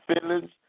feelings